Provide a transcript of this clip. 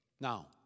Now